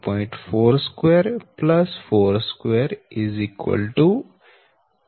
42 42 8